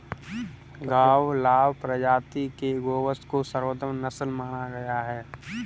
गावलाव प्रजाति के गोवंश को सर्वोत्तम नस्ल माना गया है